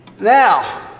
Now